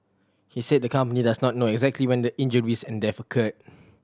he said the company does not know exactly when the injuries and death occurred